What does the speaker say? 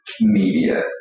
media